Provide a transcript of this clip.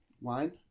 wine